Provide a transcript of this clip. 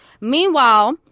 Meanwhile